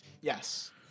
Yes